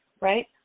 right